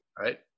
right